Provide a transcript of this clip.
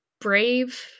brave